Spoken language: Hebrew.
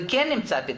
וכן נמצא פתרון.